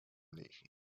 niej